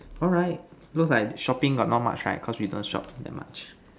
alright looks like shopping got not much right cause we don't shop that much